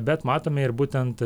bet matome ir būtent